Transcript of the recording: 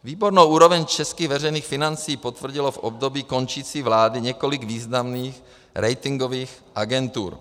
Výbornou úroveň českých veřejných financí potvrdilo v období končící vlády několik významných ratingových agentur.